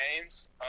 games